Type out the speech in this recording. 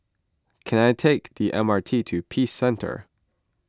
can I take the M R T to Peace Centre